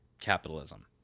capitalism